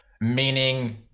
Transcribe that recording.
meaning